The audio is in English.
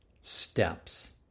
steps